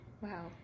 Wow